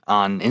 on